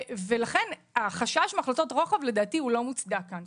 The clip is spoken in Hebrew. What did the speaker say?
לכן, החשש מהחלטות רוחב לדעתי לא מוצדק כאן.